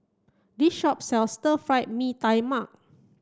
this shop sells Stir Fried Mee Tai Mak